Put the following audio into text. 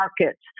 markets